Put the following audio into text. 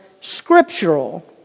scriptural